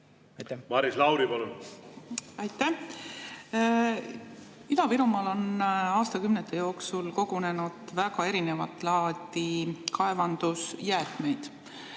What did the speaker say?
Aitäh! Ida-Virumaal on aastakümnete jooksul kogunenud väga erinevat laadi kaevandusjäätmeid,